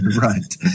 right